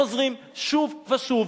חוזרות שוב ושוב,